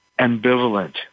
ambivalent